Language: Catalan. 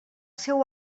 seu